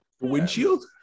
Windshield